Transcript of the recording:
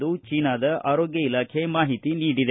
ಎಂದು ಚೀನಾದ ಆರೋಗ್ಯ ಇಲಾಖೆ ಮಾಹಿತಿ ನೀಡಿದೆ